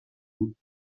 بود